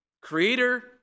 creator